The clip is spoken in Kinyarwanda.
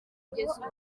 kugeza